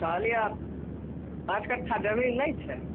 कहलियऽ पाँच कट्ठा जमीन नहि छै